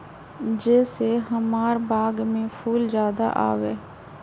जे से हमार बाग में फुल ज्यादा आवे?